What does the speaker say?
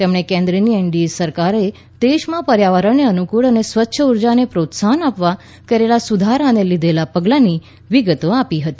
તેમણે કેન્શ્રાની એનડીએ સરકારે દેશમાં પર્યાવરણને અનુકૂળ અને સ્વચ્છ ઉર્જાને પ્રોત્સાહન આપવા કરેલા સુધારા અને લીઘેલાં પગલાંની વિગતો આપી હતી